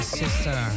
sister